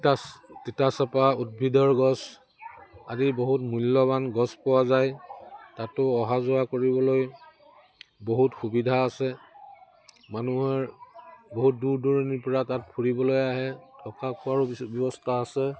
তিতা তিতাচপা উদ্ভিদৰ গছ আদি বহুত মূল্যৱান গছ পোৱা যায় তাতো অহা যোৱা কৰিবলৈ বহুত সুবিধা আছে মানুহৰ বহুত দূৰ দূৰণিৰ পৰা তাত ফুৰিবলৈ আহে থকা খোৱাৰো ব্যৱস্থা আছে